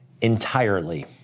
entirely